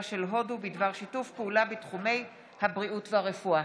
של הודו בדבר שיתוף פעולה בתחומי הבריאות והרפואה.